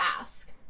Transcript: ask